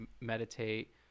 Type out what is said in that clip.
meditate